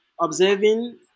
observing